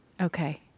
Okay